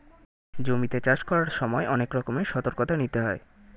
জমিতে চাষ করার সময় অনেক রকমের সতর্কতা নিতে হয়